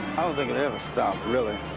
um and ever stop, really.